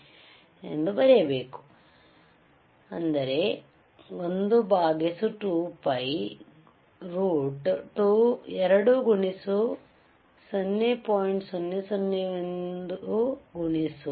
01 ಬರೆಯಬೇಕು 12pi2x0